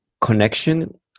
connection